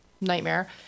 nightmare